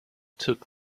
took